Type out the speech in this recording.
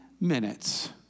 minutes